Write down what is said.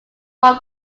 one